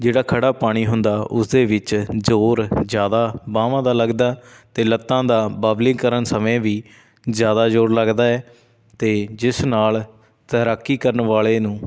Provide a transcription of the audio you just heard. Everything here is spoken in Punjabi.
ਜਿਹੜਾ ਖੜ੍ਹਾ ਪਾਣੀ ਹੁੰਦਾ ਉਸਦੇ ਵਿੱਚ ਜ਼ੋਰ ਜ਼ਿਆਦਾ ਬਾਹਾਂ ਦਾ ਲੱਗਦਾ ਅਤੇ ਲੱਤਾਂ ਦਾ ਬਵਲਿੰਗ ਕਰਨ ਸਮੇਂ ਵੀ ਜ਼ਿਆਦਾ ਜ਼ੋਰ ਲੱਗਦਾ ਹੈ ਅਤੇ ਜਿਸ ਨਾਲ ਤੈਰਾਕੀ ਕਰਨ ਵਾਲੇ ਨੂੰ